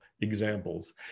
examples